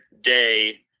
day